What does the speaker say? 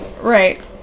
right